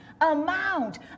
amount